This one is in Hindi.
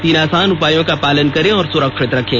तीन आसान उपायों का पालन करें और सुरक्षित रहें